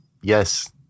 yes